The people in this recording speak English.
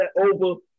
over